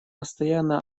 постоянно